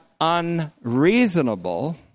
unreasonable